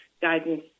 guidance